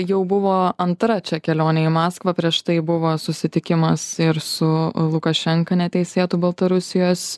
jau buvo antra čia kelionė į maskvą prieš tai buvo susitikimas ir su lukašenka neteisėtu baltarusijos